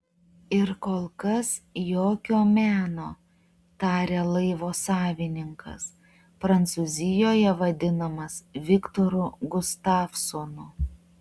ir kol kas jokio meno tarė laivo savininkas prancūzijoje vadinamas viktoru gustavsonu